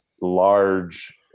large